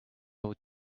would